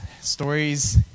stories